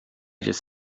just